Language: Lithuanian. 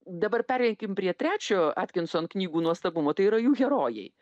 dabar pereikim prie trečiojo atkinson knygų nuostabumo tai yra jų herojai